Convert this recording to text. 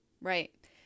Right